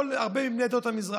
והרבה מהם מבני עדות המזרח,